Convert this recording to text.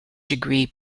degree